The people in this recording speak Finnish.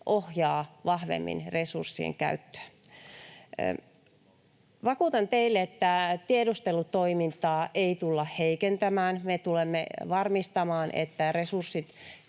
ohjaa vahvemmin resurssien käyttöä. Vakuutan teille, että tiedustelutoimintaa ei tulla heikentämään. Me tulemme varmistamaan, että resurssit,